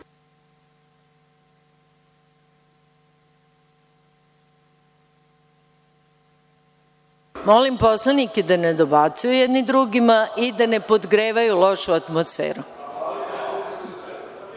se. Molim poslanike da ne dobacuju jedini drugima i da ne podgrevaju lošu atmosferu. Pošto